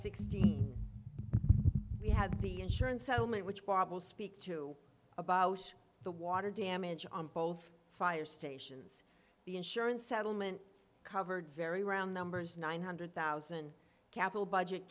sixteen we had the insurance settlement which bob will speak to about the water damage on both fire stations the insurance settlement covered very round numbers nine hundred thousand capital budget